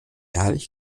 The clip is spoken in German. ehrlich